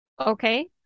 Okay